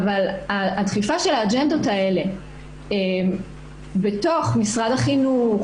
הדחיפה של האג'נדות האלה בתוך משרד החינוך